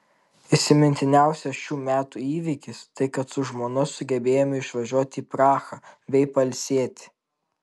įsimintiniausias šių metų įvykis tai kad su žmona sugebėjome išvažiuoti į prahą bei pailsėti